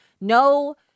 no